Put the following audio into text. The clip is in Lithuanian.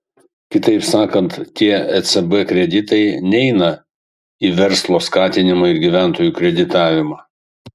kitaip sakant tie ecb kreditai neina į verslo skatinimą ir gyventojų kreditavimą